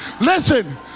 Listen